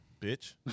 Bitch